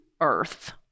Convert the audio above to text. earth